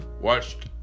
watched